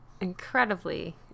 incredibly